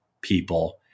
people